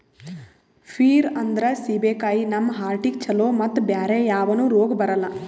peer ಅಂದ್ರ ಸೀಬೆಕಾಯಿ ನಮ್ ಹಾರ್ಟಿಗ್ ಛಲೋ ಮತ್ತ್ ಬ್ಯಾರೆ ಯಾವನು ರೋಗ್ ಬರಲ್ಲ್